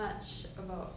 很喜欢看脸